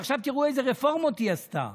עכשיו תראו איזה רפורמות היא עשתה: